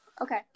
Okay